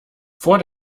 vor